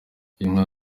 inka